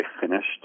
finished